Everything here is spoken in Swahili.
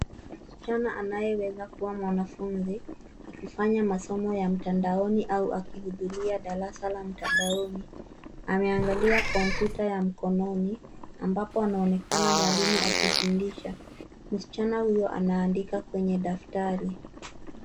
Msichana anayeweza kuwa mwanafunzi akifanya masomo ya mtandaoni au akihudhuria darasa la mtandaoni. Ameangalia kompyuta ya mkononi ambapo anaonekana mwalimu akifundisha. Msichana huyo anaandika kwenye daftari.